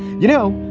you know,